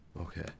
Okay